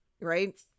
right